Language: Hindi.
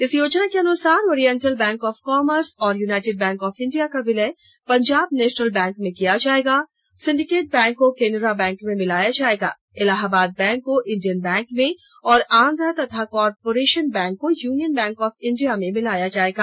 इस योजना के अनुसार ओरिएंटल बैंक ऑफ कॉमर्स और यूनाईटेड बैंक ऑफ इंडिया का विलय पंजाब नेशनल बैंक में किया जायेगा सिंडीकेट बैंक को केनरा बैंक में मिलाया जायेगा इलाहाबाद बैंक को इंडियन बैंक में और आँध्रा तथा कॉरपोरेशन बैंक को यूनियन बैंक ऑफ इंडिया में मिलाया जायेगा